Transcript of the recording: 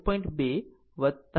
2 j 15